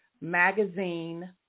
magazine